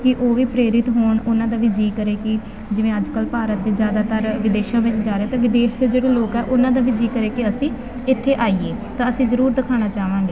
ਕਿ ਉਹ ਵੀ ਪ੍ਰੇਰਿਤ ਹੋਣ ਉਹਨਾਂ ਦਾ ਵੀ ਜੀਅ ਕਰੇ ਕਿ ਜਿਵੇਂ ਅੱਜ ਕੱਲ੍ਹ ਭਾਰਤ ਦੇ ਜ਼ਿਆਦਾਤਰ ਵਿਦੇਸ਼ਾਂ ਵਿੱਚ ਜਾ ਰਹੇ ਅਤੇ ਵਿਦੇਸ਼ ਦੇ ਜਿਹੜੇ ਲੋਕ ਆ ਉਹਨਾਂ ਦਾ ਵੀ ਜੀਅ ਕਰੇ ਕਿ ਅਸੀਂ ਇੱਥੇ ਆਈਏ ਤਾਂ ਅਸੀਂ ਜ਼ਰੂਰ ਦਿਖਾਉਣਾ ਚਾਹਵਾਂਗੇ